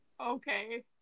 Okay